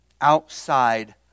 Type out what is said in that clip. outside